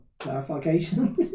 Clarification